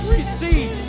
Receive